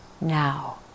now